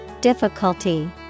Difficulty